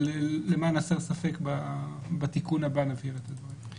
למען הסר ספק, בתיקון הבא נביא את זה.